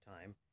time